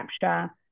capture